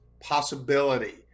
possibility